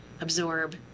absorb